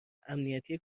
امنیتی